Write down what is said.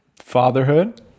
Fatherhood